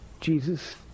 Jesus